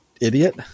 idiot